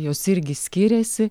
jos irgi skiriasi